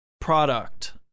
product